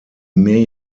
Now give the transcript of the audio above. may